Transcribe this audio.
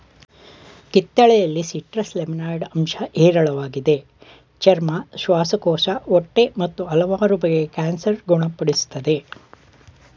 ಕಿತ್ತಳೆಯಲ್ಲಿ citrus limonoid ಅಂಶ ಹೇರಳವಾಗಿದೆ ಚರ್ಮ ಶ್ವಾಸಕೋಶ ಹೊಟ್ಟೆ ಮತ್ತು ಹಲವಾರು ಬಗೆಯ ಕ್ಯಾನ್ಸರ್ ಗುಣ ಪಡಿಸ್ತದೆ